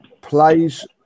plays